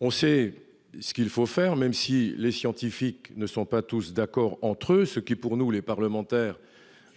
On sait ce qu'il faut faire pour la traiter, même si les scientifiques ne sont pas tous d'accord entre eux, ce qui pour nous, les parlementaires,